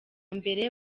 mbere